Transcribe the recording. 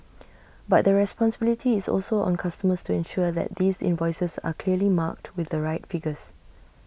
but the responsibility is also on customers to ensure that these invoices are clearly marked with the right figures